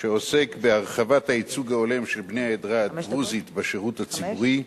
שעוסק בהרחבת הייצוג ההולם של בני העדה הדרוזית בשירות הציבורי,